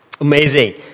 Amazing